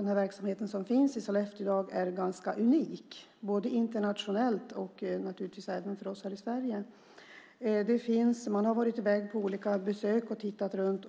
Den verksamhet som i dag finns i Sollefteå är ganska unik både internationellt och för oss här i Sverige. Man har varit i väg på olika besök och tittat runt.